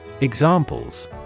Examples